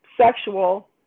sexual